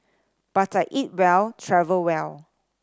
but I eat well travel well